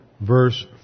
verse